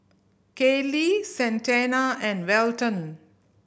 Kaylie Santana and Welton